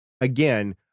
Again